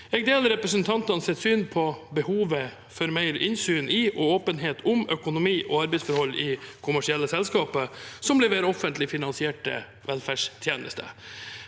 Jeg deler representantenes syn på behovet for mer innsyn i og åpenhet om økonomi og arbeidsforhold i kommersielle selskaper som leverer offentlig finansierte velferdstjenester.